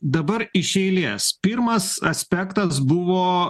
dabar iš eilės pirmas aspektas buvo